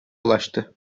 ulaştı